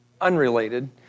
unrelated